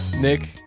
Nick